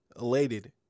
elated